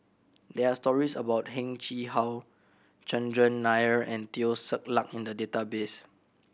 there are stories about Heng Chee How Chandran Nair and Teo Ser Luck in the database